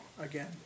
again